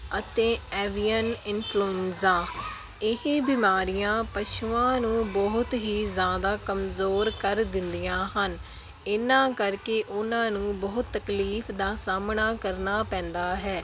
ਅਤੇ avian influenza ਇਹ ਬਿਮਾਰੀਆਂ ਪਸ਼ੂਆਂ ਨੂੰ ਬਹੁਤ ਹੀ ਜ਼ਿਆਦਾ ਕਮਜ਼ੋਰ ਕਰ ਦਿੰਦੀਆਂ ਹਨ ਇਹਨਾਂ ਕਰਕੇ ਉਹਨਾਂ ਨੂੰ ਬਹੁਤ ਤਕਲੀਫ ਦਾ ਸਾਹਮਣਾ ਕਰਨਾ ਪੈਂਦਾ ਹੈ